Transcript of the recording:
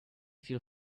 feel